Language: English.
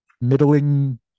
middling